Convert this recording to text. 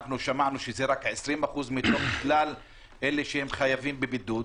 שמענו שזה רק 20% מתוך כלל אלה שהם חייבים בבידוד.